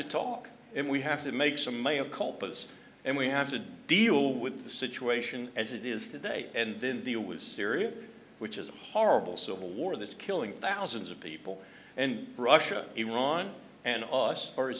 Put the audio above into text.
to talk and we have to make some money of colpus and we have to deal with the situation as it is today and then deal with syria which is a horrible civil war that's killing thousands of people and russia iran and us